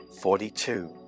Forty-two